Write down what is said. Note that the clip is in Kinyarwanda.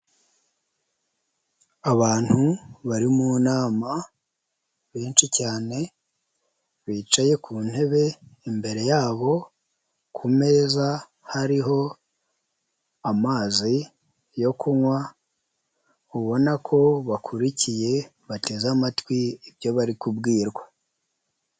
Abantu bari mu nama benshi cyane bicaye ku ntebe imbere yabo ku meza hariho amazi yo kunywa ubona ko bakurikiye bateze amatwi ibyo bari kubwirwa.